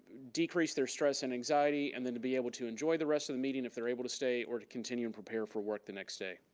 decrease their stress and anxiety, and then be able to enjoy the rest of the meeting if they're able to stay or to continue and prepare for work the next day.